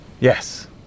Yes